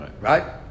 Right